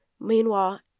meanwhile